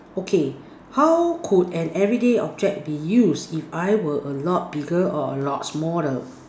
okay how could an everyday object be use if I were a lot bigger or a lot smaller